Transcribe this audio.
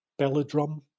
Belladrum